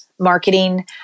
marketing